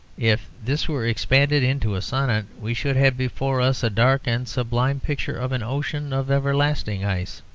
if this were expanded into a sonnet, we should have before us a dark and sublime picture of an ocean of everlasting ice,